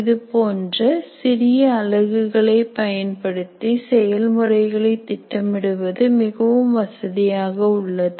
இது போன்ற சிறிய அலகுகளை பயன்படுத்தி செயல்முறைகளை திட்டமிடுவது மிகவும் வசதியாக உள்ளது